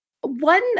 one